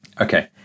Okay